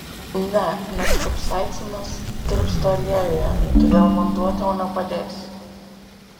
ne nes kapsaicinas tirpsta aliejuje todėl vanduo tau nepadės